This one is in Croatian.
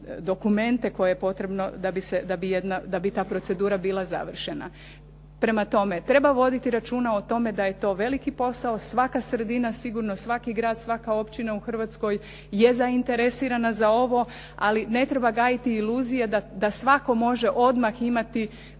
dokumente koje je potrebno da bi ta procedura bila završena. Prema tome, treba voditi računa o tome da je to veliki posao, svaka sredina sigurno, svaki grad, svaka općina u Hrvatskoj je zainteresirana za ovo, ali ne treba gajiti iluzije da svatko može odmah imati